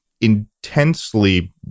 intensely